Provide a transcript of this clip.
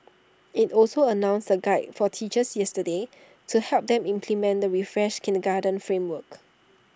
IT also announced A guide for teachers yesterday to help them implement the refreshed kindergarten framework